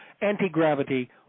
anti-gravity